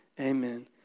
Amen